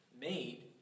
made